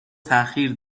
تاخیر